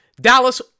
Dallas